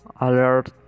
alert